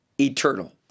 eternal